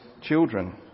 children